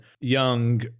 young